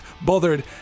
Bothered